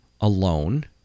alone